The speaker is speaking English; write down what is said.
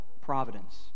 providence